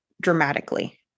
dramatically